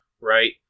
right